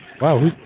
Wow